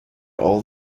all